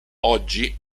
oggi